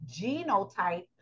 genotype